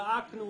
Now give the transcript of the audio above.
זעקנו,